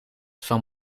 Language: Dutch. van